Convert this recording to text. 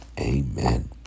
Amen